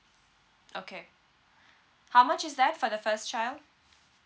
okay how much is that for the first child